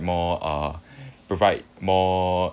more uh provide more